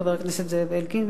חבר הכנסת זאב אלקין,